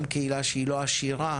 גם קהילה שהיא לא עשירה,